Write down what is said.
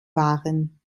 waren